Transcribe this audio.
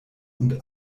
und